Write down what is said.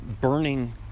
burning